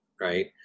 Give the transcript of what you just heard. right